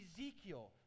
Ezekiel